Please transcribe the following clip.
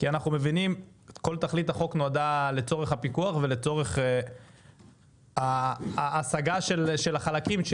כל תכלית החוק נועדה לצורך הפיקוח ולצורך ההשגה של החלקים.